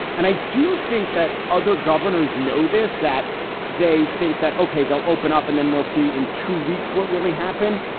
and i do think that other governors know this, that they think that, okay. they'll open up and then we'll see in two weeks what really happen.